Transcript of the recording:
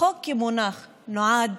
החוק המונח נועד